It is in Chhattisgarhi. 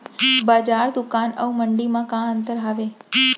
बजार, दुकान अऊ मंडी मा का अंतर हावे?